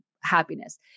happiness